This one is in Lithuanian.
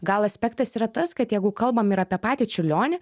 gal aspektas yra tas kad jeigu kalbam ir apie patį čiurlionį